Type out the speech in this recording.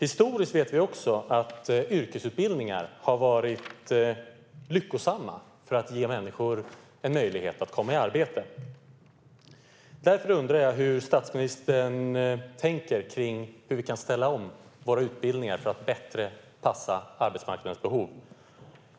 Vi vet att yrkesutbildningar historiskt har varit lyckosamma för att ge människor en möjlighet att komma i arbete. Jag undrar hur statsministern tänker kring hur vi kan ställa om våra utbildningar för att bättre passa arbetsmarknadens behov.